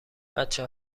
بچه